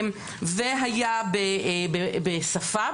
והיה בשפה,